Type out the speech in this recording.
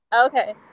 Okay